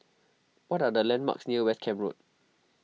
what are the landmarks near West Camp Road